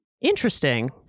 interesting